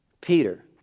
Peter